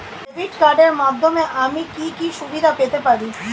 Debit কার্ডের মাধ্যমে আমি কি কি সুবিধা পেতে পারি?